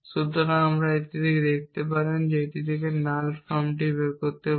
সুতরাং আপনি এটি থেকে দেখতে পারেন এবং এটি থেকে আমরা নাল ফর্মটি বের করতে পারি